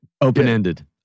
Open-ended